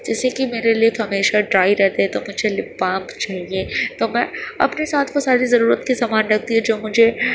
جیسے کہ میرے لپ ہمیشہ ڈارئی رہتے ہیں تو مجھے لپ بام چاہیے تو میں اپنے ساتھ وہ ساری ضرورت کے سامان رکھتی ہوں جو مجھے